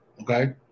okay